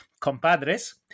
compadres